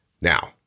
Now